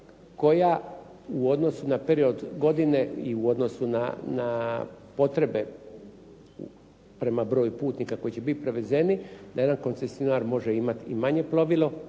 koja u odnosu na period godine i u odnosu na potrebe prema broju putnika koji će biti prevezeni, da jedan koncesionar može imati i manje plovilo